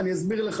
אסביר לך.